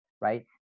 right